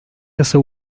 yasa